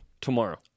tomorrow